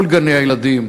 כל גני-הילדים